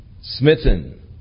smitten